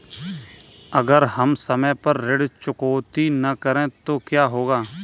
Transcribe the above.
अगर हम समय पर ऋण चुकौती न करें तो क्या होगा?